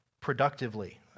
productively